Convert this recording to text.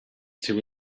two